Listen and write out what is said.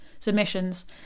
submissions